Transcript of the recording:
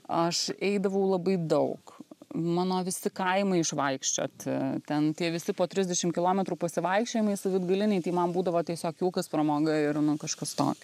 aš eidavau labai daug mano visi kaimai išvaikščioti ten tie visi po trisdešim kilometrų pasivaikščiojimai savaitgaliniai tai man būdavo tiesiog jaukas pramoga ir nu kažkas tokio